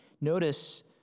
Notice